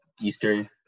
Easter